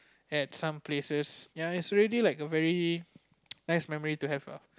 at some places ya is really like a nice memory to have lah